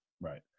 Right